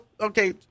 okay